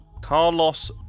Carlos